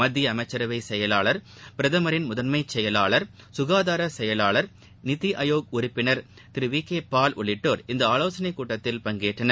மத்திய அமைச்சரவை செயலாளர் பிரதமரின் முதன்மை செயலாளர் சுகாதார செயலாளர் நிதி ஆயோக் உறுப்பினர் திரு வி கே பால் உள்ளிட்டோர் இந்த ஆலோசனைக் கூட்டத்தில் பங்கேற்றனர்